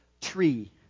tree